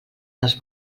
dels